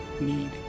need